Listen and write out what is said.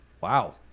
wow